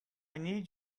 need